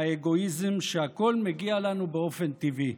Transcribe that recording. מהאגואיזם שהכול מגיע לנו באופן טבעי.